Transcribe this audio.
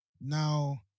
Now